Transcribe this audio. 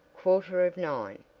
quarter of nine.